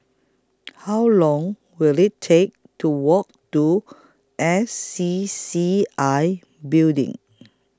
How Long Will IT Take to Walk to S C C C I Building